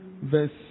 verse